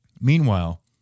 Meanwhile